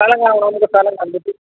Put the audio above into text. സ്ഥലം കാണണമെങ്കിൽ സ്ഥലം കണ്ടിട്ട്